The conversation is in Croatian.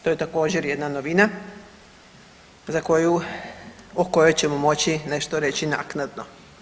To je također jedna novina za koju, po kojoj ćemo moći nešto reći naknadno.